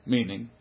Meaning